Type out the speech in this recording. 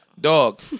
Dog